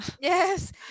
Yes